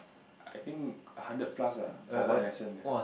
I think a hundred plus ah for one lesson